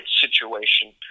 situation